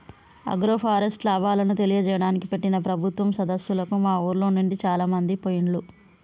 agroforest లాభాలను తెలియజేయడానికి పెట్టిన ప్రభుత్వం సదస్సులకు మా ఉర్లోనుండి చాలామంది పోయిండ్లు